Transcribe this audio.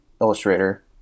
illustrator